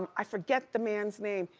i forget the man's name.